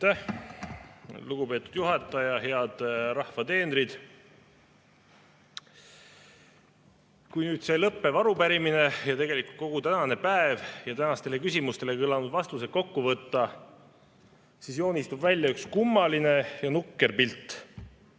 lugupeetud juhataja! Head rahva teenrid! Kui see lõppev arupärimine, tegelikult kogu tänane päev ja küsimustele kõlanud vastused kokku võtta, siis joonistub välja üks kummaline ja nukker pilt.